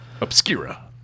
Obscura